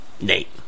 Nate